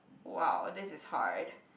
!wah! this is hard